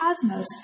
cosmos